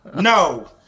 No